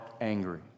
angry